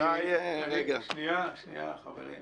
אני